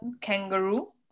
kangaroo